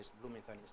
Bloomington